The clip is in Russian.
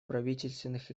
правительственных